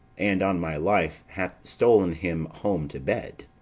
and, on my life, hath stol'n him home to bed.